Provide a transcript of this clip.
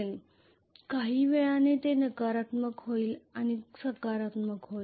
नंतर कधीकधी हे नकारात्मक होईल आणि हे सकारात्मक होईल